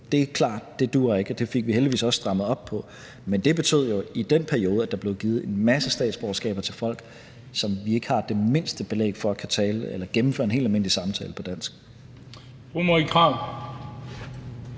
Det er klart, det duer ikke, og det fik vi heldigvis også strammet op på, men det betød jo, at der i den periode blev givet en masse statsborgerskaber til folk, og vi ikke har det mindste belæg for, om de kunne gennemføre en helt almindelig samtale på dansk.